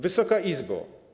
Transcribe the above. Wysoka Izbo!